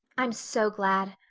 i'm so glad.